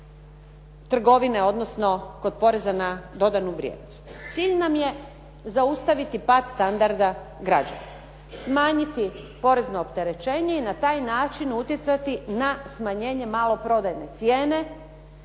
Cilj nam je zaustaviti pad standarda građana, smanjiti porezno opterećenje i na taj način utjecati na smanjenje maloprodajne cijene